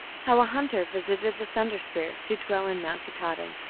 how a hunter visited the thunder spirits who dwell in mount katahdin.